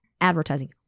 advertising